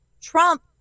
trump